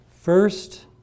First